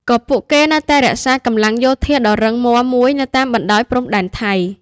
ក៏ពួកគេនៅតែរក្សាកម្លាំងយោធាដ៏រឹងមាំមួយនៅតាមបណ្ដោយព្រំដែនថៃ។